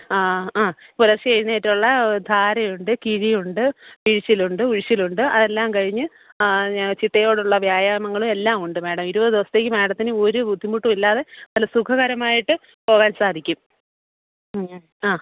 ആ അ ആ പുലർച്ചെ എഴുന്നേറ്റുള്ള ധാരയുണ്ട് കിഴിയുണ്ട് പിഴിച്ചിലുണ്ട് ഉഴിച്ചിലുണ്ട് അതെല്ലാം കഴിഞ്ഞ് ചിട്ടയോടുള്ള വ്യായാമങ്ങളും എല്ലാം ഉണ്ട് മേടം ഇരുപത് ദിവസത്തേക്ക് മേടത്തിന് ഒരു ബുദ്ധിമുട്ടും ഇല്ലാതെ നല്ല സുഖകരമായിട്ട് പോകാൻ സാധിക്കും ഹ്മ് ആ